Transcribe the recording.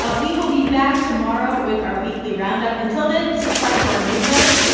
ah we will be back tomorrow with our weekly roundup. until then, subscribe to our newsletter.